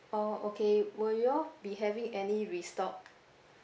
oh okay will you all be having any restock